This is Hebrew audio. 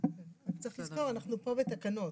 צריך לזכור, אנחנו פה בתקנות.